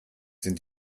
sind